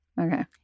Okay